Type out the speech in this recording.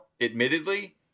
admittedly